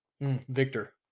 Victor